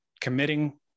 committing